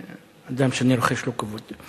אדם שאני רוחש לו כבוד.